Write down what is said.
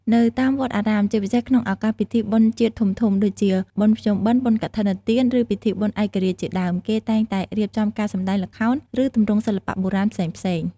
នៅតាមវត្តអារាម ជាពិសេសក្នុងឱកាសពិធីបុណ្យជាតិធំៗ ដូចជា បុណ្យភ្ជុំបិណ្ឌ បុណ្យកឋិនទាន ឬពិធីបុណ្យឯករាជ្យជាដើម គេតែងតែរៀបចំការសម្ដែងល្ខោន ឬទម្រង់សិល្បៈបុរាណផ្សេងៗ។